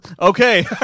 okay